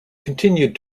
continue